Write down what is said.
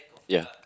ya